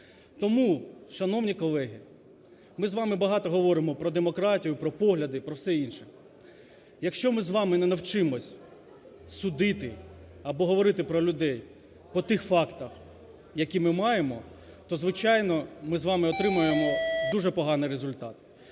Тому, шановні колеги, ми з вами багато говоримо про демократію, про погляди і про все інше. Якщо ми з вами не навчимося судити або говорити про людей по тих фактах, які ми маємо, то, звичайно, ми з вами отримаємо дуже поганий результат.